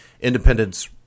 Independence